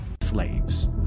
Slaves